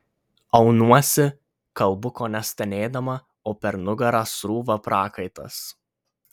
aunuosi kalbu kone stenėdama o per nugarą srūva prakaitas